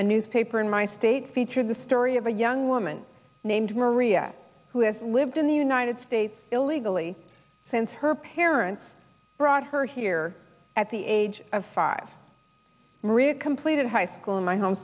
a newspaper in my state featured the story of a young woman named maria who has lived in the united states illegally since her parents brought her here at the age of five maria completed high school in my home